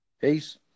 Peace